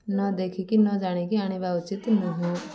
ନ ଦେଖିକି ନ ଜାଣିକି ଆଣିବା ଉଚିତ ନୁହଁ